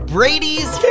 Brady's